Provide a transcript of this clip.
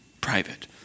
private